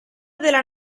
della